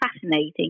fascinating